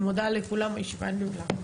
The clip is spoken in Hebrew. אני מודה לכולם, הישיבה נעולה.